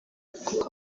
kuko